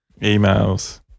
Emails